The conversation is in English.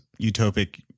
utopic